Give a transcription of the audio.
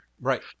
right